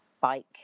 bike